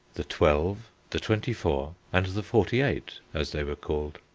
the twelve, the twenty-four, and the forty-eight, as they were called.